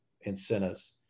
incentives